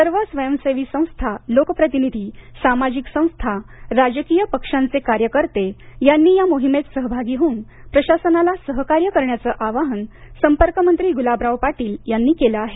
सर्व स्वयंसेवी संस्था लोकप्रतिनिधी सामाजिक संस्था राजकिय पक्षांचे कार्यकर्ते यांनी या मोहिमेत सहभागी होऊन प्रशासनला सहकार्य करण्याचं आवाहन संपर्कमंत्री गुलाबराव पाटील यांनी केलं आहे